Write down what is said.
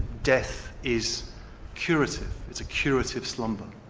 death is curative, it's a curative slumber.